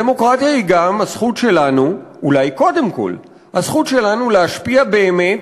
הדמוקרטיה היא גם הזכות שלנו אולי קודם כול הזכות שלנו להשפיע באמת